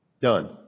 done